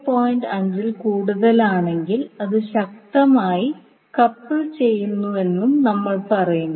5 ൽ കൂടുതലാണെങ്കിൽ അത് ശക്തമായി കപ്പിൾ ചെയ്യുന്നുവെന്നും നമ്മൾ പറയുന്നു